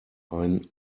ein